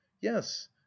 yes